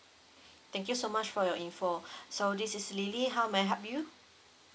thank you so much for your info so this is lily how may I help you